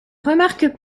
remarque